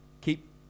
Keep